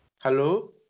Hello